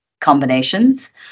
combinations